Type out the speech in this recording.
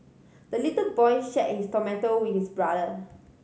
the little boy shared his tomato with his brother